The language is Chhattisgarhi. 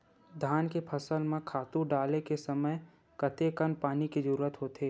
धान के फसल म खातु डाले के समय कतेकन पानी के जरूरत होथे?